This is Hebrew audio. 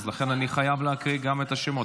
לכן אני חייב להקריא את השמות.